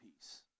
peace